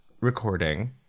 recording